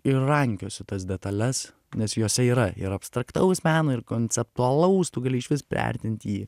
ir rankiosi tas detales nes jose yra ir abstraktaus meno ir konceptualaus tu gali išvis priartint jį